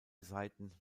seiten